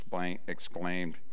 exclaimed